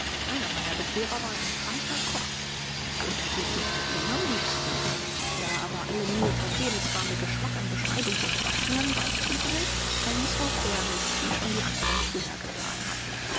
einer meiner bekehrer war ein feiner kopf ich unterhielt mich mit ihm am liebsten da aber alle mühe vergebens war mir geschmack an beschneidung und waschungen beizubringen verließ auch er mich wie schon die andern früher gethan hatten